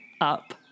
up